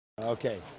Okay